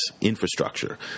infrastructure